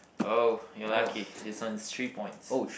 oh you're lucky this one's three points